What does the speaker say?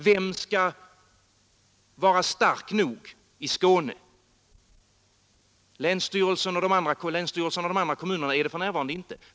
Vem skall vara stark nog till det i Skåne? Länsstyrelsen och de andra kommunerna är det för närvarande inte.